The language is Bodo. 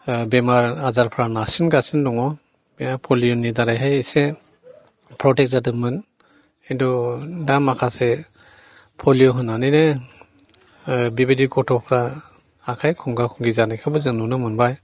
बेमार आजारफ्रा नारसिन गासिनो दङ बे पलिय'नि दारैहाय एसे प्रटेक्ट जादोंमोन खिन्थु दा माखासे पलिय' होनानैनो बेबादि गथ'फ्रा आखाय खंगा खंगि जानायखौबो जों नुनो मोनबाय